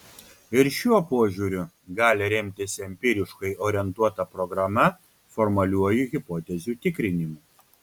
ir šiuo požiūriu gali remtis empiriškai orientuota programa formaliuoju hipotezių tikrinimu